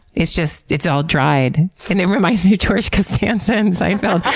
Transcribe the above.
it's just, it's all dried. and it reminds me of george costanza in seinfeld.